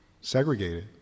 segregated